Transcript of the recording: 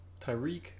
Tyreek